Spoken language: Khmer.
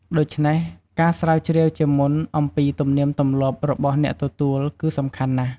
ដូច្នេះ ការស្រាវជ្រាវជាមុន អំពីទំនៀមទម្លាប់របស់អ្នកទទួលគឺសំខាន់ណាស់។